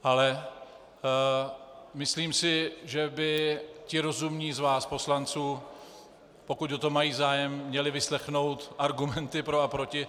Ale myslím si, že by ti rozumní z vás poslanců, pokud o to mají zájem, měli vyslechnout argumenty pro a proti.